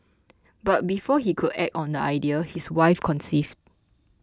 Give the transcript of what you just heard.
but before he could act on the idea his wife conceived